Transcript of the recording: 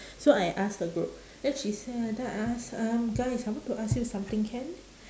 so I ask the group then she say then I ask um guys I want to ask you something can